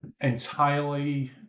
entirely